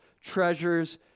treasures